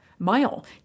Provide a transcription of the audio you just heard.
mile